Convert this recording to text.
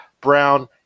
Brown